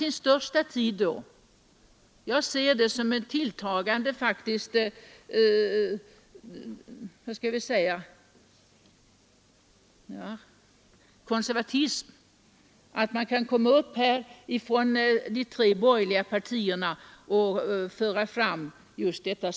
Väldigt egendomligt!